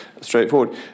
straightforward